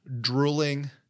drooling